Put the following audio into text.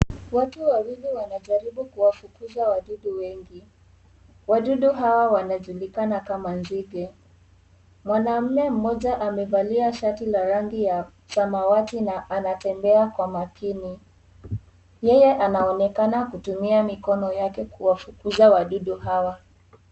Watu wawili wanajaribu kuwafukuza wadudu wengi. Wadudu hawa wanajulikana kama nzige Mwanamume mmoja amevalia shati la rangi ya samawati na anatembea kwa makini. Yeye anonekana kutumia mikono yake kuwafukuza wadudu hawa.